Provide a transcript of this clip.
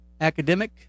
academic